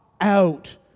out